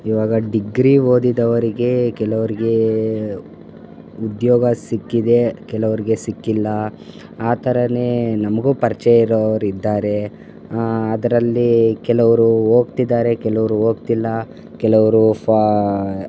ಇವಾಗ ಡಿಗ್ರಿ ಓದಿದವರಿಗೆ ಕೆಲವರಿಗೆ ಉದ್ಯೋಗ ಸಿಕ್ಕಿದೆ ಕೆಲವರಿಗೆ ಸಿಕ್ಕಿಲ್ಲ ಆ ಥರವೇ ನಮಗು ಪರಿಚಯ ಇರೋರು ಇದ್ದಾರೆ ಅದರಲ್ಲಿ ಕೆಲವರು ಹೋಗ್ತಿದಾರೆ ಕೆಲವರು ಹೋಗ್ತಿಲ್ಲ ಕೆಲವರು ಫಾ